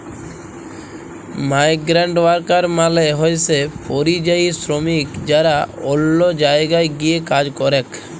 migrant worker মালে হইসে পরিযায়ী শ্রমিক যারা অল্য জায়গায় গিয়ে কাজ করেক